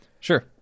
Sure